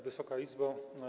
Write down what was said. Wysoka Izbo!